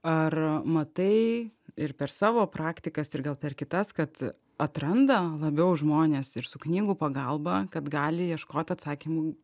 ar matai ir per savo praktikas ir gal per kitas kad atranda labiau žmonės ir su knygų pagalba kad gali ieškot atsakymų